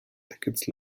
tickets